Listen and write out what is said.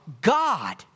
God